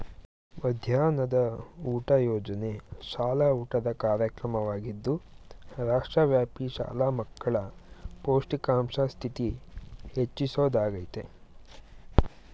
ಮಧ್ಯಾಹ್ನದ ಊಟ ಯೋಜನೆ ಶಾಲಾ ಊಟದ ಕಾರ್ಯಕ್ರಮವಾಗಿದ್ದು ರಾಷ್ಟ್ರವ್ಯಾಪಿ ಶಾಲಾ ಮಕ್ಕಳ ಪೌಷ್ಟಿಕಾಂಶ ಸ್ಥಿತಿ ಹೆಚ್ಚಿಸೊದಾಗಯ್ತೆ